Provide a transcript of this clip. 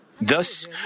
Thus